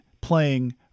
playing